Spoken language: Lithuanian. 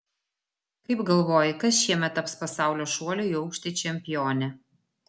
kaip galvoji kas šiemet taps pasaulio šuolių į aukštį čempione